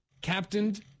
captained